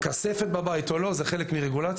כספת בבית או לא - זה חלק מרגולציה.